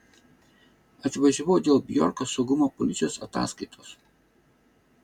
atvažiavau dėl bjorko saugumo policijos ataskaitos